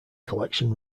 collection